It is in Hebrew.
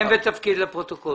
בכל